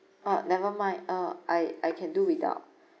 ah never mind ah I I can do without